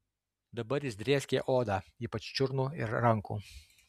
dabar jis drėskė odą ypač čiurnų ir rankų